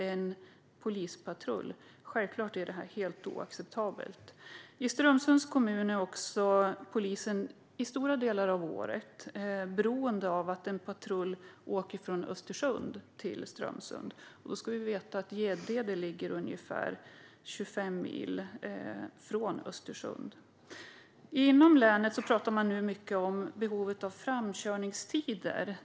En polispatrull på 45 mil är helt oacceptabelt. I Strömsunds kommun är polisen under stora delar av året beroende av att en patrull åker från Östersund till Strömsund. Då ska vi veta att Gäddede ligger ungefär 25 mil från Östersund. Inom länet pratar man mycket om behovet av framkörningstider.